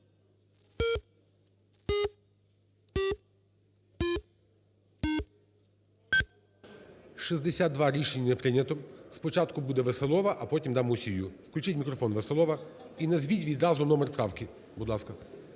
За-62 Рішення не прийнято. Спочатку буде Веселова, а потім дам Мусію. Включіть мікрофон, Веселова. І назвіть відразу номер правки, будь ласка.